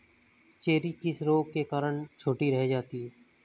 Cherry किस रोग के कारण छोटी रह जाती है?